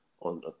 on